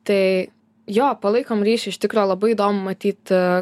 tai jo palaikom ryšį iš tikro labai įdomu matyt